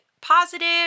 positive